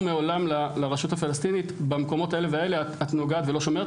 מעולם לרשות הפלסטינית: במקומות האלה והאלה את נוגעת ולא שומרת.